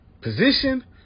position